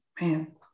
Man